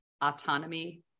autonomy